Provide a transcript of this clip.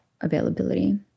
availability